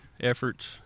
efforts